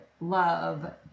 love